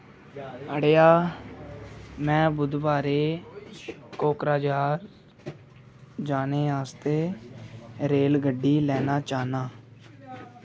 अड़ेआ में बु़धवारें कोकराझार जाने आस्तै रेलगड्डी लैना चाह्न्नां